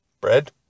bread